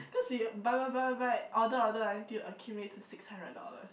cause we buy buy buy buy buy order order until accumulate to six hundred dollars